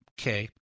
Okay